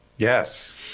Yes